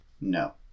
No